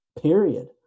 Period